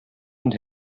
und